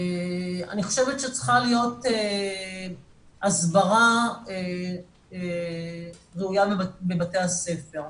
אני חושבת שצריכה להיות הסברה ראויה בבתי הספר.